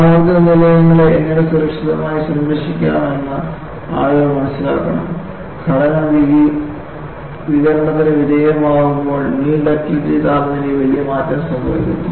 ആണവോർജ്ജ നിലയങ്ങളെ എങ്ങനെ സുരക്ഷിതമായി സംരക്ഷിക്കാമെന്ന് ആളുകൾ മനസ്സിലാക്കണം ഘടന വികിരണത്തിന് വിധേയമാകുമ്പോൾ നിൽ ഡക്റ്റിലിറ്റി താപനിലയിൽ വലിയ മാറ്റം സംഭവിക്കുന്നു